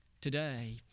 Today